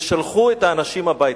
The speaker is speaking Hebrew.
ושלחו את האנשים הביתה.